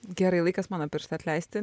gerai laikas mano pirštą atleisti